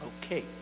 Okay